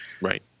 right